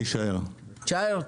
תישאר.